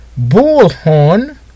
Bullhorn